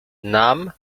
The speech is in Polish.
nam